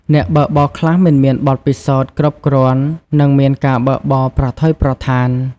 អ្នកបើកបរខ្លះមិនមានបទពិសោធន៍គ្រប់គ្រាន់និងមានការបើកបរប្រថុយប្រថាន។